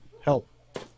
help